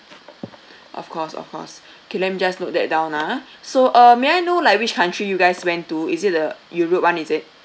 of course of course K let me just note that down ah so uh may I know like which country you guys went to is it the europe [one] is it